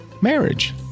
marriage